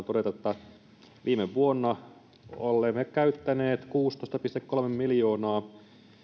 todeta että viime vuonna olemme käyttäneet kuusitoista pilkku kolme miljoonaa